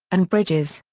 and bridges.